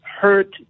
hurt